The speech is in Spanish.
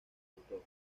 autor